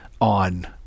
on